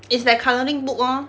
it's like colouring book lor